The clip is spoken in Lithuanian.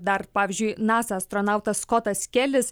dar pavyzdžiui nasa astronautas skotas kelis